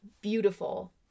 beautiful